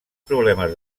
problemes